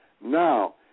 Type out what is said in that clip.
Now